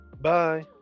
bye